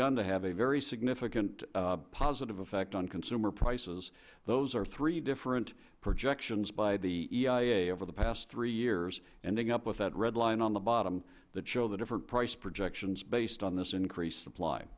begun to have a very significant positive effect on consumer prices those are three different projections by the eia over the past three years ending up at that red line on the bottom that show the different price projections based on this increase in supply